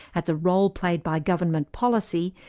at the role played by government policy,